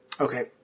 Okay